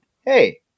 hey